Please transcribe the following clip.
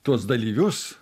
tuos dalyvius